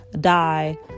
die